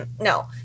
no